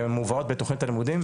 שמובאות בתוכנית הלימודים,